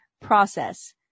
process